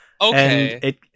Okay